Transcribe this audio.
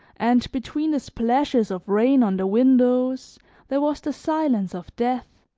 and between the splashes of rain on the windows there was the silence of death.